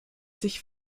sich